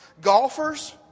golfers